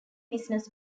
business